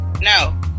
No